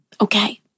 Okay